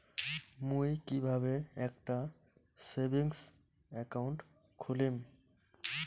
মুই কিভাবে একটা সেভিংস অ্যাকাউন্ট খুলিম?